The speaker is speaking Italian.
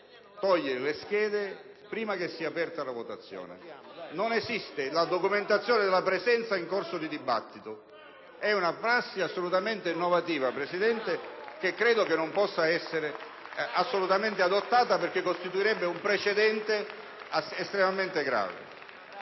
togliere le schede prima che sia aperta la votazione. Non esiste la documentazione della presenza in corso di dibattito; questa è una prassi assolutamente innovativa, signora Presidente, che credo non possa essere adottata perché costituirebbe un precedente estremamente grave.